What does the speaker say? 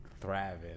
thriving